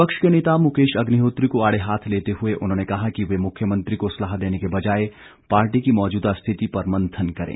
विपक्ष के नेता मुकेश अग्निहोत्री को आड़े हाथ लेते हुए उन्होंने कहा कि वे मुख्यमंत्री को सलाह देने के बजाए पार्टी की मौजूदा स्थिति पर मंथन करें